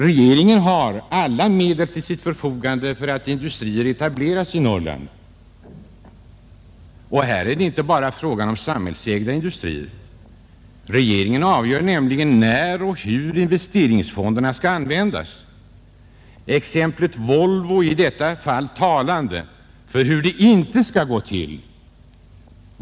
Regeringen har alla medel till sitt förfogande för att åstadkomma att industrier etableras i Norrland. Här är det inte bara fråga om samhällsägda industrier; regeringen avgör nämligen när och hur investeringsfonderna skall användas. Exemplet Volvo är i detta fall betecknande för hur det inte skall gå till.